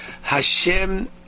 Hashem